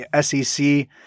SEC